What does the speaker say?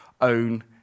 own